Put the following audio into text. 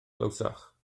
glywsoch